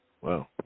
Wow